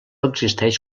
existeix